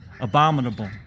abominable